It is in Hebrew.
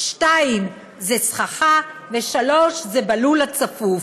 2 זה סככה ו-3 זה בלול הצפוף.